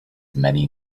many